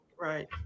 Right